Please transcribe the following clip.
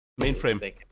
Mainframe